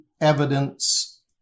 evidence